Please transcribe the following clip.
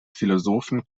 philosophen